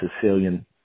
Sicilian